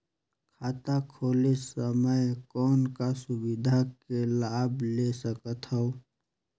खाता खोले समय कौन का सुविधा के लाभ ले सकथव?